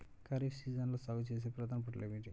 ఖరీఫ్ సీజన్లో సాగుచేసే ప్రధాన పంటలు ఏమిటీ?